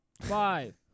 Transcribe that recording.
Five